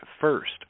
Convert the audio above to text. First